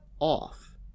off